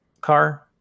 car